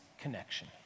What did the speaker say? connection